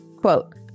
Quote